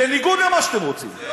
בניגוד למה שאתם רוצים,